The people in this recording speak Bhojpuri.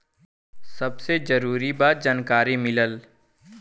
सबसे जरूरी बा जानकारी मिलल